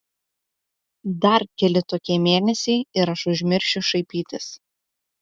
dar keli tokie mėnesiai ir aš užmiršiu šaipytis